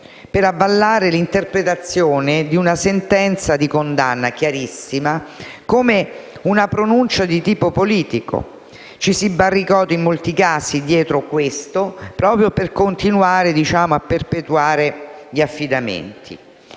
per avallare l'interpretazione di una sentenza di condanna chiarissima come una pronuncia di tipo politico. Ci si è barricati in molti casi dietro a questo proprio per continuare a perpetuare gli affidamenti.